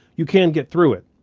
you can get through it.